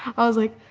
i was like,